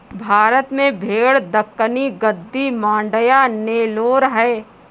भारत में भेड़ दक्कनी, गद्दी, मांड्या, नेलोर है